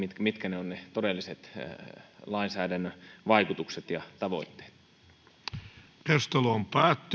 mitkä ovat ne lainsäädännön todelliset vaikutukset ja tavoitteet